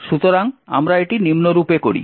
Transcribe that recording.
সুতরাং আমরা এটি নিম্নরূপে করি